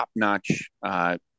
top-notch